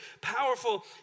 powerful